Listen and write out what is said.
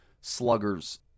sluggers